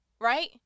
right